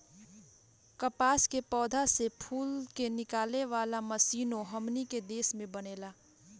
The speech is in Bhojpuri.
कपास के पौधा से फूल के निकाले वाला मशीनों हमनी के देश में बनेला